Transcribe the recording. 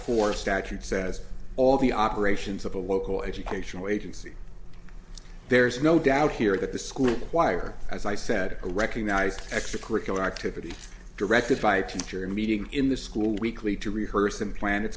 four statute says all the operations of a local educational agency there's no doubt here that the school choir as i said recognized extracurricular activity directed by teacher and meeting in the school weekly to rehearse and planned